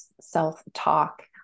self-talk